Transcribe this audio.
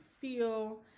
feel